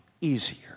easier